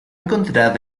encontrada